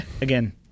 again